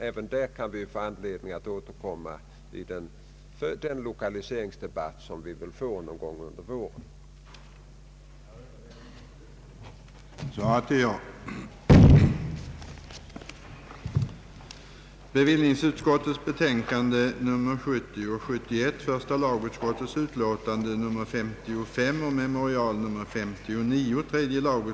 Även till den frågan kan vi få anledning att återkomma i den lokaliseringsdebatt som följer någon gång under våren 1970.